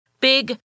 big